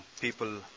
people